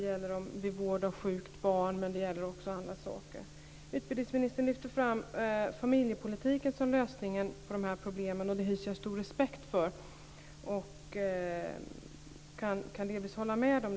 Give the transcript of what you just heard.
Det gäller vid vård av sjukt barn, men det gäller också andra saker. Utbildningsministern lyfte fram familjepolitiken som lösningen på de här problemen, och det hyser jag stor respekt för och kan delvis hålla med om.